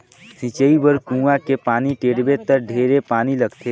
सिंचई बर कुआँ के पानी टेंड़बे त ढेरे पानी लगथे